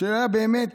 שהיה באמת,